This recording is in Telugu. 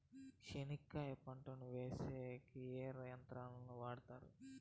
చెనక్కాయ పంటను వేసేకి ఏ యంత్రాలు ను వాడుతారు?